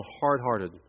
hard-hearted